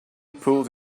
pulled